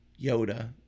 Yoda